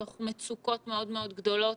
מתוך מצוקות מאוד-מאוד גדולות,